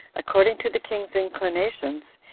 according to the king's inclinations,